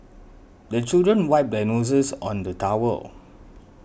the children wipe their noses on the towel